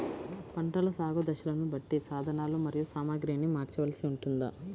పంటల సాగు దశలను బట్టి సాధనలు మరియు సామాగ్రిని మార్చవలసి ఉంటుందా?